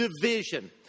division